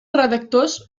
redactors